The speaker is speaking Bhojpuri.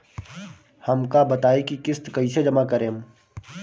हम का बताई की किस्त कईसे जमा करेम?